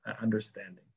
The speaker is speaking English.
understanding